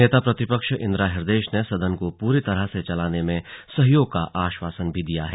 नेता प्रतिपक्ष इन्दिरा हृदयेश ने सदन को पूरी तरह से चलाने में सहयोग का आश्वासन भी दिया है